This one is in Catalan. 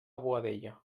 boadella